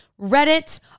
Reddit